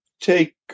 take